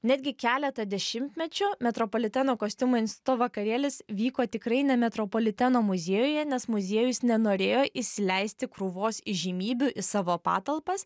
netgi keletą dešimtmečių metropoliteno kostiumų instituto vakarėlis vyko tikrai ne metropoliteno muziejuje nes muziejus nenorėjo įsileisti krūvos įžymybių į savo patalpas